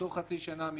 תוך חצי שנה,